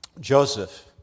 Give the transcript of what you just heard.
Joseph